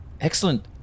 excellent